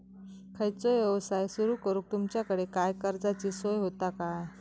खयचो यवसाय सुरू करूक तुमच्याकडे काय कर्जाची सोय होता काय?